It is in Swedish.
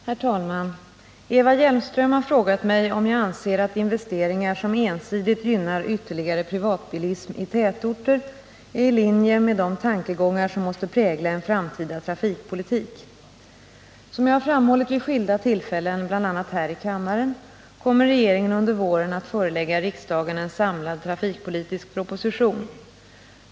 Herr talman! Eva Hjelmström har frågat mig om jag anser att investeringar som ensidigt gynnar ytterligare privatbilism i tätorter är i linje med de tankegångar som måste prägla en framtida trafikpolitik. Som jag har framhållit vid skilda tillfällen, bl.a. här i kammaren, kommer regeringen under våren att förelägga riksdagen en samlad trafikpolitisk proposition.